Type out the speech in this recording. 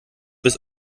bis